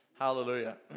Hallelujah